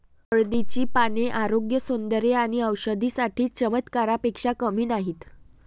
हळदीची पाने आरोग्य, सौंदर्य आणि औषधी साठी चमत्कारापेक्षा कमी नाहीत